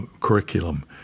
curriculum